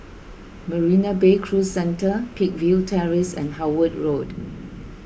Marina Bay Cruise Centre Peakville Terrace and Howard Road